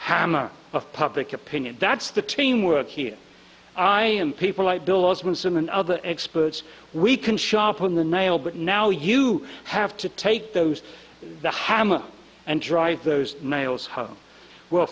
hammer of public opinion that's the teamwork here i am people like bill osman some and other experts we can sharpen the nail but now you have to take those the hammer and drive those nails home well